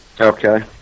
Okay